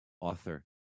author